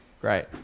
great